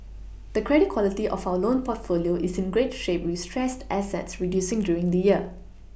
the credit quality of our loan portfolio is in great shape with stressed assets Reducing during the year